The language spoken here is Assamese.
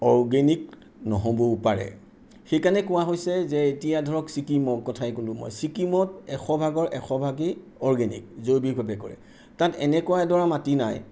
অৰ্গেনিক নহ'বও পাৰে সেইকাৰণে কোৱা হৈছে যে এতিয়া ধৰক ছিকিমৰ কথাই ক'লোঁ মই ছিকিমত এশভাগৰ এশভাগেই অৰ্গেনিক জৈৱিকভাৱে কৰে তাত এনেকুৱা এডৰা মাটি নাই